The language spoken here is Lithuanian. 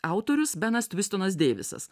autorius benas tvistonas deivisas